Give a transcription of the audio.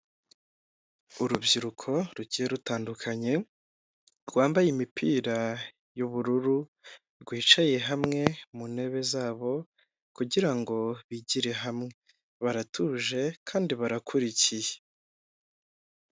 Umuhanda munini hakurya y'umuhanda hari inzu nini icururizwamo ibintu bitandukanye hari icyapa cy'amata n'icyapa gicuruza farumasi n'imiti itandukanye.